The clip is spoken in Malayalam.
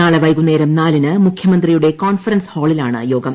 നാളെ വൈകുന്നേരം നാലിന് മുഖ്യമന്ത്രിയുടെ കോൺഫറൻസ് ഹാളിലാണ് യോഗം